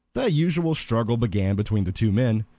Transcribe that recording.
the usual struggle began between the two men.